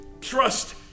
Trust